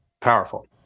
powerful